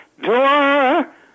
door